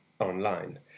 online